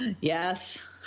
Yes